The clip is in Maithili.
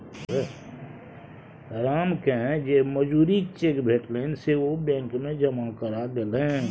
रामकेँ जे मजूरीक चेक भेटलनि से ओ बैंक मे जमा करा देलनि